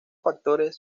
factores